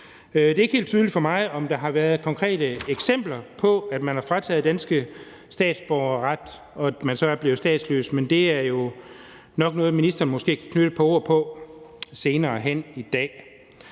Det er ikke helt tydeligt for mig, om der har været konkrete eksempler på, at man har frataget nogen dansk statsborgerret, som så er blevet statsløse, men det er jo nok noget, ministeren kan knytte et par ord til senere i dag.